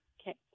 Okay